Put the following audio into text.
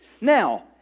Now